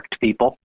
people